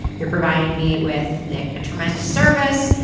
you're providing me with like a tremendous service.